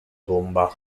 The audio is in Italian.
tomba